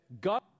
God